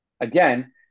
again